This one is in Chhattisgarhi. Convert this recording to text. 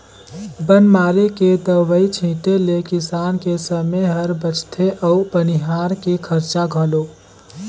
बन मारे के दवई छीटें ले किसान के समे हर बचथे अउ बनिहार के खरचा घलो